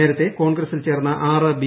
നേരത്തെ കോൺഗ്രസിൽ ചേർന്ന ആറ് ബി